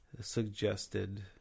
suggested